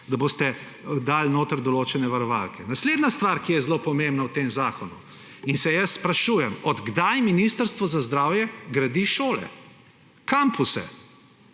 da boste dali notri določene varovalke. Naslednja stvar, ki je zelo pomembna v tem zakonu, in se jaz sprašujem, od kdaj Ministrstvo za zdravje gradi šole, kampuse.